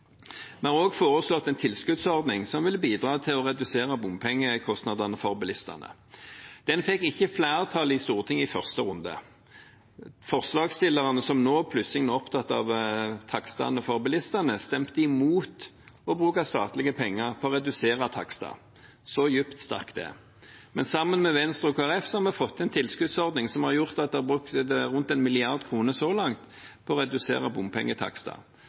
Vi har også foreslått en tilskuddsordning som vil bidra til å redusere bompengekostnadene for bilistene. Den fikk ikke flertall i Stortinget i første runde. Forslagsstillerne, som nå plutselig er opptatt av takstene for bilistene, stemte imot å bruke statlige penger på å redusere takstene. Så dypt stakk det. Men sammen med Venstre og Kristelig Folkeparti har vi fått til en tilskuddsordning som har gjort at det så langt er brukt rundt én mrd. kr på å redusere bompengetakster.